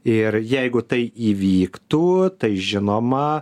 ir jeigu tai įvyktų tai žinoma